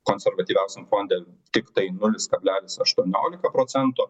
konservatyviausiam fonde tiktai nulis kablelis aštuoniolika procentų